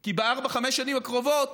כי בארבע-חמש השנים הקרובות